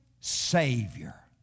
Savior